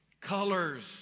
colors